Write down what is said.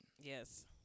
Yes